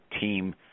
team